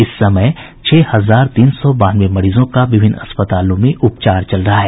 इस समय छह हजार तीन सौ बानवे मरीजों का विभिन्न अस्पतालों में इलाज चल रहा है